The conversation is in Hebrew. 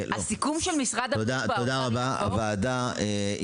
הוועדה הסתיימה.